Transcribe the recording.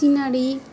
scenery